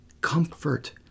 Comfort